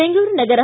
Bengaluru Nagar